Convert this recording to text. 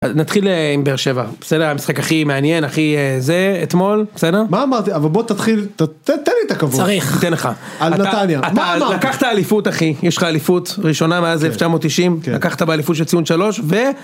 נתחיל עם בר שבע בסדר המשחק הכי מעניין הכי זה אתמול בסדר, מה אמרתי אבל בוא תתחיל תתן לי את הכבוד, צריך, תן לך, על נתניה, מה אמרתי, לקחת אליפות אחי יש לך אליפות ראשונה מאז 1990 לקחת באליפות של ציון שלוש ו...